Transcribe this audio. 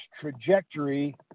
trajectory